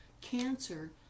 cancer